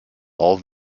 all